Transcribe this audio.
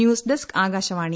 news desk Akashvani